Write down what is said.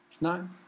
No